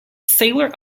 sailor